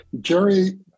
Jerry